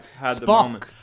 Spock